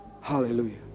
Hallelujah